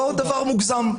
זה לא דבר מוגזם.